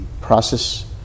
process